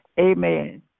Amen